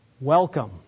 Welcome